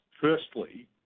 Firstly